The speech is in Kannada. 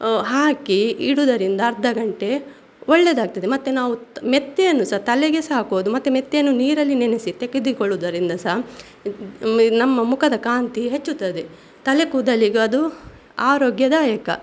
ಹಾಕಿ ಇಡುದರಿಂದ ಅರ್ಧ ಗಂಟೆ ಒಳ್ಳೆದಾಗ್ತದೆ ಮತ್ತೆ ನಾವು ಮೆಂತೆಯನ್ನು ಸ ತಲೆಗೆ ಸಹ ಹಾಕೋದು ಮತ್ತೆ ಮೆಂತೆಯನ್ನು ನೀರಲ್ಲಿ ನೆನೆಸಿ ತೆಗೆದುಕೊಳ್ಳುವುದರಿಂದ ಸಹ ನಮ್ಮ ಮುಖದ ಕಾಂತಿ ಹೆಚ್ಚುತ್ತದೆ ತಲೆ ಕೂದಲಿಗು ಅದು ಆರೋಗ್ಯದಾಯಕ